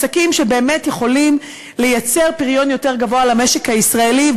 עסקים שבאמת יכולים לייצר פריון יותר גבוה למשק הישראלי,